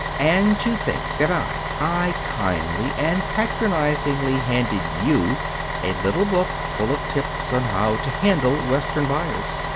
and to think that i i kindly and patronizingly handed you a little book full of tips on how to handle western buyers,